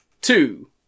two